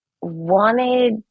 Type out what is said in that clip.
wanted